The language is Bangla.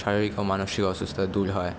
শারীরিক ও মানসিক অসুস্থতা দূর হয়